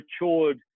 matured